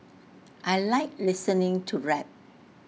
I Like listening to rap